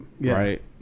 right